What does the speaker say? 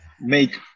make